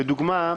לדוגמה,